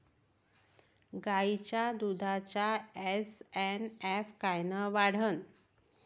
गायीच्या दुधाचा एस.एन.एफ कायनं वाढन?